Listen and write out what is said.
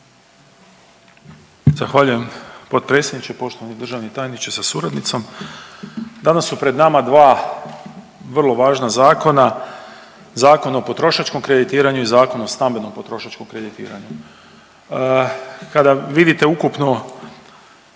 Zahvaljujem potpredsjedniče, poštovani državni tajniče sa suradnicom. Danas su pred nama dva vrlo važna zakona, Zakon o potrošačkom kreditiranju i Zakon o stambenom potrošačkom kreditiranju. Kada vidite ukupnu